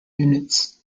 units